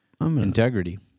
integrity